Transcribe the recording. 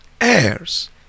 heirs